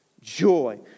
joy